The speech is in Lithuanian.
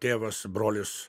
tėvas brolis